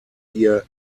ihr